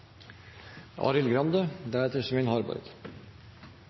Arild Grande